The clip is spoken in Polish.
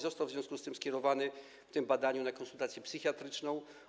Został w związku z tym skierowany w tym dniu na konsultację psychiatryczną.